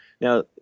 Now